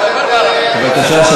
בבקשה.